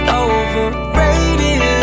overrated